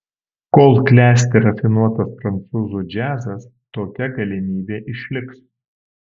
kol klesti rafinuotas prancūzų džiazas tokia galimybė išliks